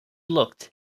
looked